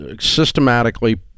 systematically